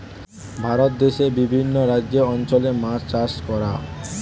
ভারত দেশে বিভিন্ন রাজ্যের অঞ্চলে মাছ চাষ করা